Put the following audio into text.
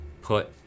put